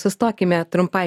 sustokime trumpai